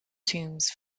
tombs